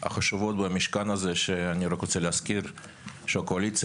החשובות במשכן הזה שאני רק רוצה להזכיר שהקואליציה